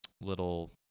little